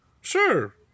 Sure